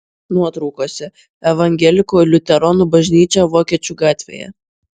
nuotraukose evangelikų liuteronų bažnyčia vokiečių gatvėje